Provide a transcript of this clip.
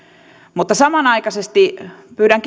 mutta samanaikaisesti pyydän